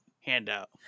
handout